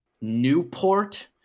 Newport